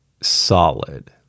solid